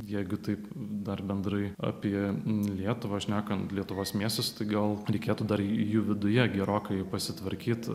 jeigu taip dar bendrai apie lietuvą šnekant lietuvos miestuose tai gal reikėtų dar jų viduje gerokai pasitvarkyt